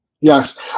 yes